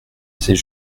c’est